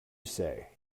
say